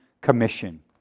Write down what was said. commission